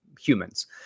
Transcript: humans